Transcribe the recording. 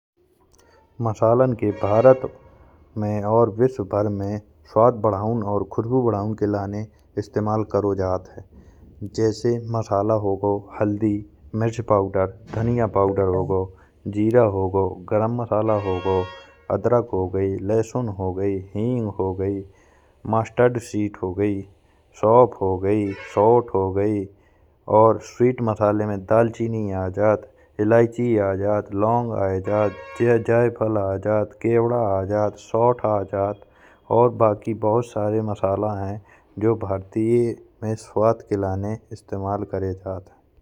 मसाला के भारत में स्वाद और खुशबू बढ़ावन के लिए इस्तेमाल करो जात है। जैसे मसाला हो गओ, हल्दी मिर्च पाउडर, धनिया पाउडर हो गओ, जीरा हो गओ, गरम मसाला हो गओ, अदरक हो गई लहसुन हो गई। हींग हो गई, मस्टर्ड सीड हो गई, सौंफ हो गई, शौथ हो गई और स्वीट मसाला में दालचीनी आ जात, इलायची आ जात। लौंग आ जात, जायफल आ जात, केवड़ा आ जात, शौथ आ जात। और बाकी बहुत सारे मसाला हैं, जो भारत में स्वाद के लिए इस्तेमाल करे जात है।